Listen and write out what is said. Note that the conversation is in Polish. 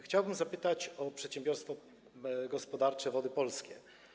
Chciałbym zapytać o przedsiębiorstwo gospodarcze Wody Polskie.